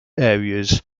areas